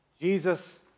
Jesus